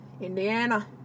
Indiana